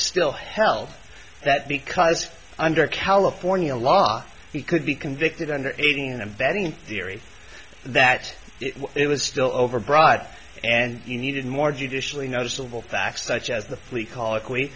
still held that because under california law he could be convicted under aiding and abetting theory that it was still over broad and you needed more judicially noticeable facts such as the plea coll